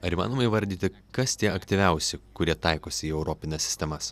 ar įmanoma įvardyti kas tie aktyviausi kurie taikosi į europines sistemas